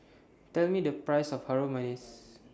Tell Me The Price of Harum Manis